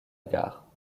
gare